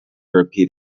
repeat